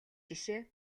жишээ